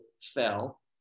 fell